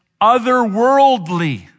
otherworldly